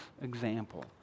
example